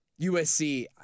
USC